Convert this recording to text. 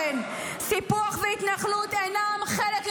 אלמוג כהן, אני אמשיך.